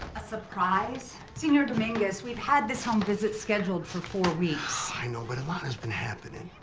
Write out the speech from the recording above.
a surprise? sr. dominguez, we've had this home visit scheduled for four weeks. i know, but a lot has been happening.